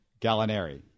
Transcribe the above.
Gallinari